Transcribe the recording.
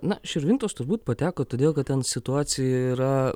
na širvintos turbūt pateko todėl kad ten situacija yra